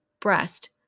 breast